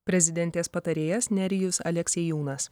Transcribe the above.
prezidentės patarėjas nerijus aleksiejūnas